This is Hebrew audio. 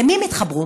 למי הם יתחברו?